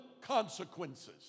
consequences